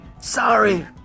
sorry